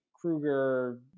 Krueger